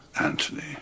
anthony